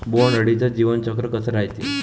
बोंड अळीचं जीवनचक्र कस रायते?